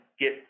get